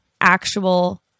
actual